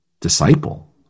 disciple